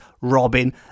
Robin